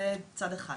זה צד אחד.